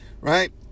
Right